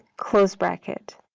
close bracket.